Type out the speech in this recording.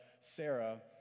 Sarah